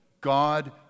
God